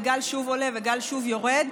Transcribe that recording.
וגל שוב עולה וגל שוב יורד,